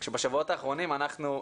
בשבועות האחרונים אנחנו,